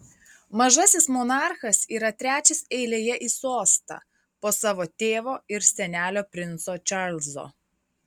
mažasis monarchas yra trečias eilėje į sostą po savo tėvo ir senelio princo čarlzo